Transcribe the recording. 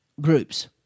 groups